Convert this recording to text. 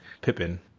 Pippin